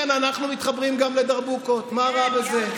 כן, אנחנו מתחברים גם לדרבוקות, מה רע בזה?